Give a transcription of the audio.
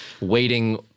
waiting